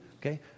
Okay